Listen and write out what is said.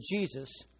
Jesus